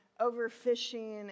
overfishing